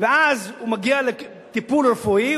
ואז הוא מגיע לטיפול רפואי,